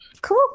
cool